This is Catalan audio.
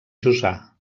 jussà